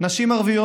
נשים ערביות